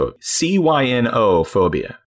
C-Y-N-O-phobia